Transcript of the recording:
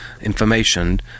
information